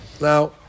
Now